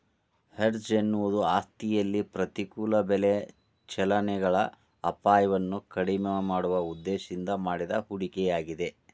hedge ಎನ್ನುವುದು ಆಸ್ತಿಯಲ್ಲಿ ಪ್ರತಿಕೂಲ ಬೆಲೆ ಚಲನೆಗಳ ಅಪಾಯವನ್ನು ಕಡಿಮೆ ಮಾಡುವ ಉದ್ದೇಶದಿಂದ ಮಾಡಿದ ಹೂಡಿಕೆಯಾಗಿದೆ